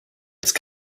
jetzt